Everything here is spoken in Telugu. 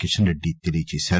కిషన్ రెడ్డి తెలియజేశారు